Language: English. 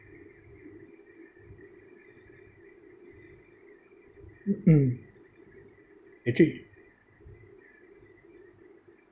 actually